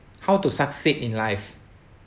how to succeed in life